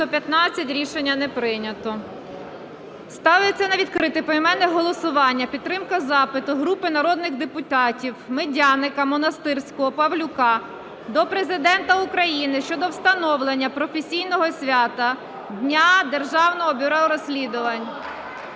Рішення не прийнято. Ставиться на відкрите поіменне голосування підтримка запиту групи народних депутатів (Медяника, Монастирського, Павлюка) до Президента України щодо встановлення професійного свята - Дня Державного бюро розслідувань.